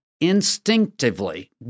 instinctively